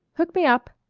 hook me up,